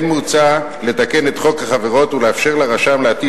כן מוצע לתקן את חוק החברות ולאפשר לרשם להטיל